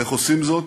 איך עושים זאת?